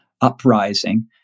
uprising